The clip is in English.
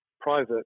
private